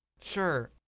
Sure